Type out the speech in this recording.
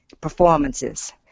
performances